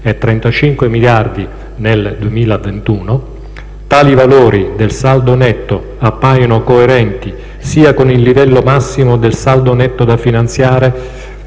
e 35 miliardi nel 2021; - tali valori del saldo netto appaiono coerenti sia con il livello massimo del saldo netto da finanziare